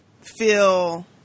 feel